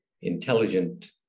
intelligent